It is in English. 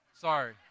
sorry